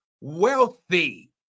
wealthy